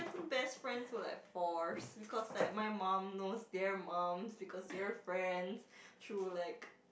best friends were like forced because like my mum knows their mum because their friends through like